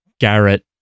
Garrett